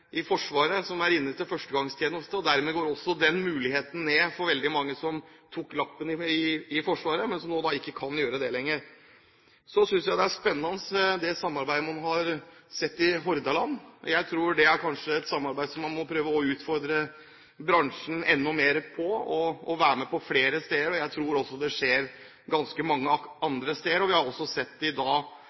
i Forsvaret som er inne til førstegangstjeneste, og dermed går også den muligheten bort for veldig mange som tok lappen i Forsvaret, men som nå ikke kan gjøre det lenger. Så synes jeg det er spennende det samarbeidet man har sett i Hordaland. Jeg tror det kanskje er et samarbeid som man må prøve å utfordre bransjen enda mer på, til å være med på flere steder – jeg tror også det skjer ganske mange andre steder, og vi har sett i dag